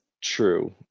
true